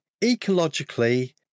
ecologically